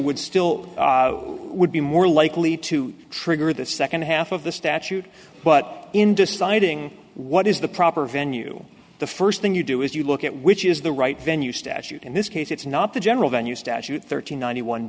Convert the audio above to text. would still would be more likely to trigger the second half of the statute but in deciding what is the proper venue the first thing you do is you look at which is the right venue statute in this case it's not the general venue statute thirty nine